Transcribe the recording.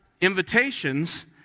invitations